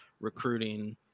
recruiting